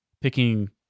Picking